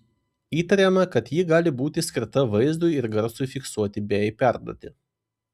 įtariama kad ji gali būti skirta vaizdui ir garsui fiksuoti bei perduoti